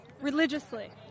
religiously